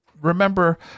remember